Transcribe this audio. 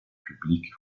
publiques